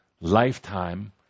lifetime